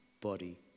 body